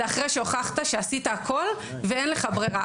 זה אחרי שהוכחת שעשית הכול ואין לך ברירה,